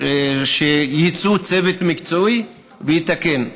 שיצא צוות מקצועי ויתקן.